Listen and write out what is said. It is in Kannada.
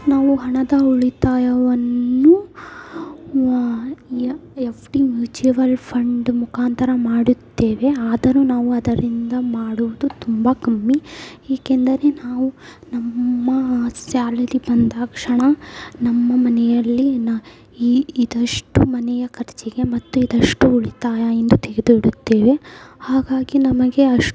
ನಾವು ಹಣದ ಉಳಿತಾಯವನ್ನು ಎಫ್ ಡಿ ಮ್ಯೂಚುವಲ್ ಫಂಡ್ ಮುಖಾಂತರ ಮಾಡುತ್ತೇವೆ ಆದರೂ ನಾವು ಅದರಿಂದ ಮಾಡುವುದು ತುಂಬ ಕಮ್ಮಿ ಏಕೆಂದರೆ ನಾವು ನಮ್ಮ ಸ್ಯಾಲರಿ ಬಂದಾಕ್ಷಣ ನಮ್ಮ ಮನೆಯಲ್ಲಿ ಈ ಇದಷ್ಟು ಮನೆಯ ಖರ್ಚಿಗೆ ಮತ್ತೆ ಇದಷ್ಟು ಉಳಿತಾಯ ಎಂದು ತೆಗೆದು ಇಡುತ್ತೇವೆ ಹಾಗಾಗಿ ನಮಗೆ ಅಷ್